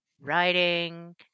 writing